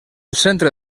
centre